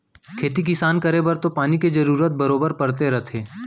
खेती किसान करे बर तो पानी के जरूरत बरोबर परते रथे